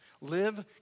Live